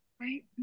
Right